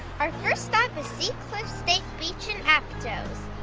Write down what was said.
our first stop is seacliff state beach in aptos.